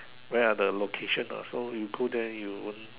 where are the location ah so you go there you won't